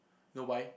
no why